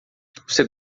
você